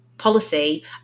policy